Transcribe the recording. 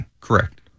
Correct